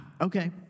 Okay